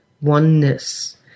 oneness